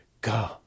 go